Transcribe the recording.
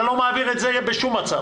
אתה לא מעביר את זה בשום מצב.